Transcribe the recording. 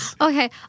Okay